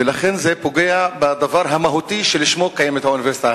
ולכן זה פוגע בדבר המהותי שלשמו קיימת האוניברסיטה,